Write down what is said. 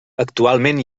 actualment